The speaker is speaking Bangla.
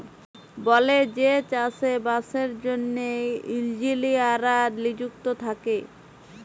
বলেযে চাষে বাসের জ্যনহে ইলজিলিয়াররা লিযুক্ত থ্যাকে